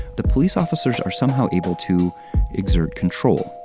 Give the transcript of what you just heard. the police officers are somehow able to exert control.